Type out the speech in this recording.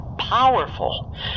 powerful